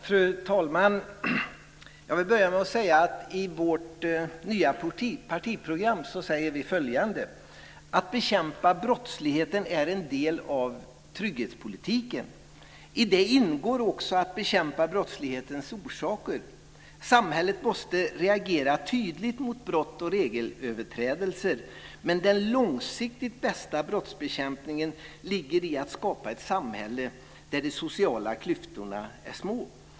Fru talman! Jag vill börja med att säga att vi i vårt nya partiprogram säger följande: "Att bekämpa brottslighet är en del av trygghetspolitiken. I det ingår också att bekämpa brottslighetens orsaker. Samhället måste reagera tydligt mot brott och regelöverträdelser. Men den långsiktigt bästa brottsbekämpningen ligger i att skapa ett samhälle där de sociala klyftorna är små."